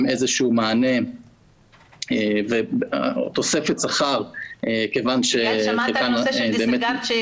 איזשהו מענה ותוספת שכר כיוון שחלקן משתכרות שכר נמוך יחסית.